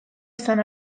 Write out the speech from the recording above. izan